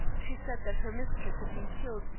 she said that her mistress had been killed,